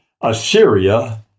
Assyria